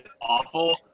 awful